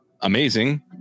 amazing